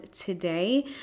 today